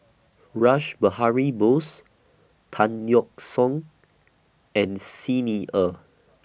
Rash Behari Bose Tan Yeok Seong and Xi Ni Er